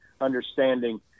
understanding –